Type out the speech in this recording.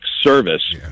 service